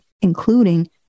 including